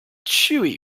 chewy